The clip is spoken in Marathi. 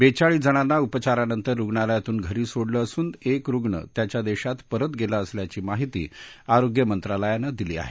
बेचाळीस जणांना उपचारानंतर रुग्णालयातून घरी सोडलं असून एक रुग्ण त्याच्या देशात परत गेला असल्याची माहिती आरोग्य मंत्रालयानं दिली आहे